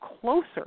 closer